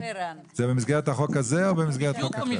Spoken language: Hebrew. זה במסגרת החוק הזה או במסגרת חוק אחר?